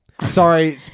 sorry